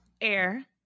air